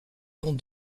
dont